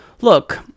Look